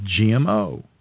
GMO